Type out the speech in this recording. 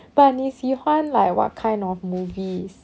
but 你喜欢 like what kind of movies